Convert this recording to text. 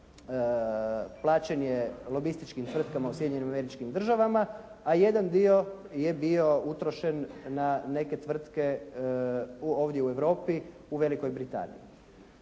Sjedinjenim Američkim Državama a jedan dio je bio utrošen na neke tvrtke u ovdje u Europi u Velikoj Britaniji.